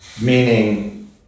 meaning